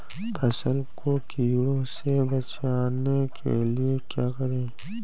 फसल को कीड़ों से बचाने के लिए क्या करें?